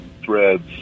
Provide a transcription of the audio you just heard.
threads